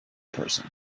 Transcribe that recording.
person